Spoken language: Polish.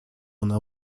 ona